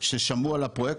ששמעו על הפרויקט,